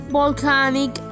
volcanic